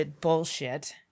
bullshit